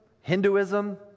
Hinduism